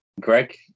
greg